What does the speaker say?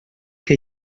que